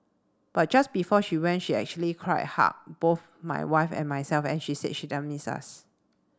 but just before she went she actually cried hugged both my wife and myself and she said she'd miss us